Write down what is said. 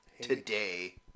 today